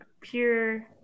Pure